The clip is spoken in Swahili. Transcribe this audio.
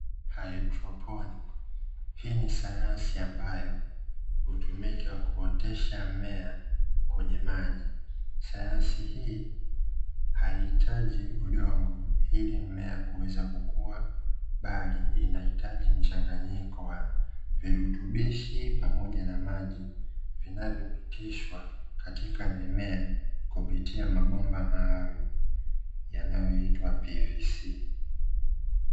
Haidroponi. Hii ni sayansi ambayo hutumika kuotesha mmea kwenye maji. Sayansi hii haihitaji udongo ili mmea kuweza kukua bali inahitaji mchanganyiko wa virutubishi pamoja na maji, vinavyopitishwa katika mimea kupitia mabomba maalumu yanayoitwa "pvc".